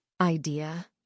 Idea